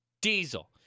Diesel